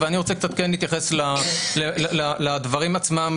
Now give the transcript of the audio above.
ואני רוצה קצת להתייחס לדברים עצמם,